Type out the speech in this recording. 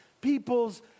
people's